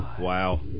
Wow